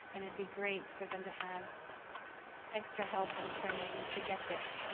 and it'd be great for them to have extra help and training to get there.